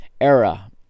era